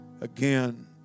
Again